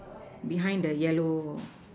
behind the yellow